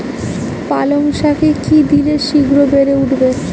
পালং শাকে কি দিলে শিঘ্র বেড়ে উঠবে?